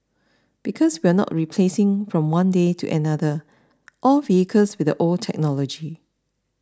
because we are not replacing from one day to another all vehicles with the old technology